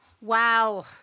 Wow